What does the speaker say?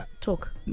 talk